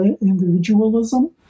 individualism